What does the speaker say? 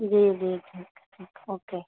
جی جی جی اوکے